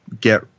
get